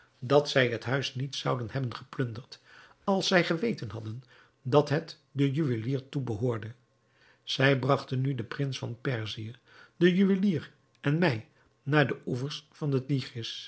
dat zij het huis niet zouden hebben geplunderd als zij geweten hadden dat het den juwelier toebehoorde zij bragten nu den prins van perzië den juwelier en mij naar de oevers van den